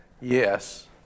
Yes